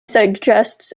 suggests